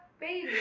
Baby